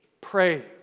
pray